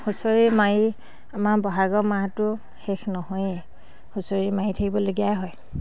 হুঁচৰি মাৰি আমাৰ বহাগৰ মাহটো শেষ নহয়েই হুঁচৰি মাৰি থাকিবলগীয়াই হয়